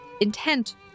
intent